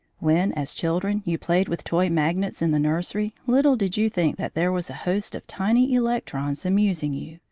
when, as children, you played with toy magnets in the nursery, little did you think that there was a host of tiny electrons amusing you.